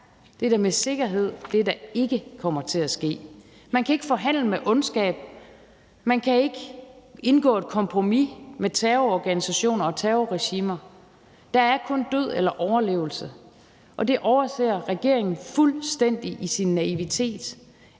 det er med sikkerhed det, der ikke kommer til at ske. Man kan ikke forhandle med ondskab, man kan ikke indgå et kompromis med terrororganisationer og terrorregimer, der er kun død eller overlevelse, og det overser regeringen fuldstændig i sin naivitet,